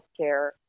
healthcare